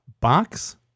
box